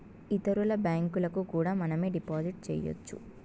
ఇతరుల బ్యాంకులకు కూడా మనమే డిపాజిట్ చేయొచ్చు